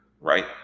Right